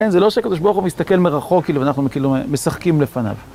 כן, זה לא שהקדוש ברוך הוא מסתכל מרחוק, כאילו, ואנחנו כאילו משחקים לפניו.